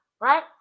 right